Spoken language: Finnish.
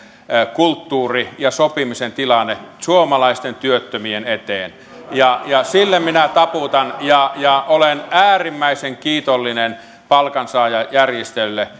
kulttuuri ja sopimisen tilanne suomalaisten työttömien eteen sille minä taputan ja ja olen äärimmäisen kiitollinen palkansaajajärjestöille